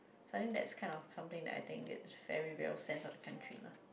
so I think that's kind of something I think is very well sense of the country lah